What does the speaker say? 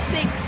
Six